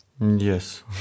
Yes